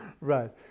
Right